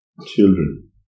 children